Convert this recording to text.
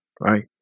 right